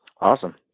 Awesome